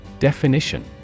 Definition